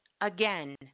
again